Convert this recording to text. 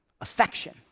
affection